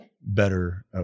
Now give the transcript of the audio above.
better